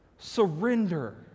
surrender